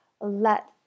let